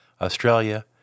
Australia